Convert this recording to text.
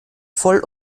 voll